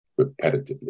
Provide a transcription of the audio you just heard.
repetitively